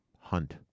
hunt